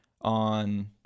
on